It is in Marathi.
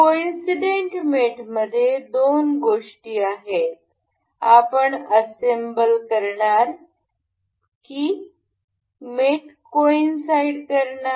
कोइन्सिडन्ट मेट मध्ये दोन गोष्टी आहेत आपण असेम्बल करणार की मेट कोइन्साइड करणार